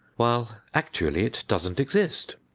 while, actually, it doesn't exist.